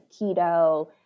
keto